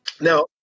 now